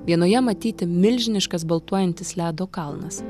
vienoje matyti milžiniškas baltuojantis ledo kalnas